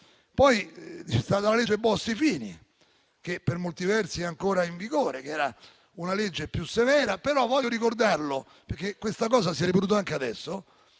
Poi c'è stata la legge Bossi-Fini, che per molti versi è ancora in vigore e che era una legge più severa. Però vorrei ricordare - questa cosa si è ripetuta anche adesso